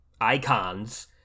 icons